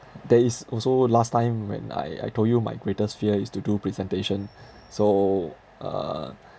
there is also last time when I I told you my greatest fear is to do presentation so uh